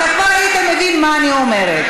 אתה כבר היית מבין מה אני אומרת.